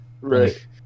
Right